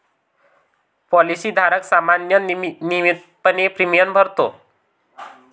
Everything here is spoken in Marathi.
पॉलिसी धारक सामान्यतः नियमितपणे प्रीमियम भरतो